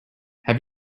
have